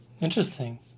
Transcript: Interesting